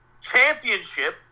championship